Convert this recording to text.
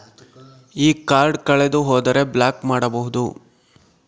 ಈ ಕಾರ್ಡ್ ಕಳೆದು ಹೋದರೆ ಬ್ಲಾಕ್ ಮಾಡಬಹುದು?